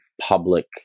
public